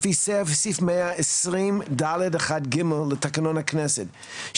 לפי סעיף 120.ד.1.ג. לתקנון הכנסת,